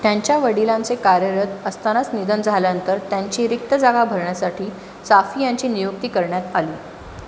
त्यांच्या वडिलांचे कार्यरत असतानाच निधन झाल्यानंतर त्यांची रिक्त जागा भरण्यासाठी चाफी यांची नियुक्ती करण्यात आली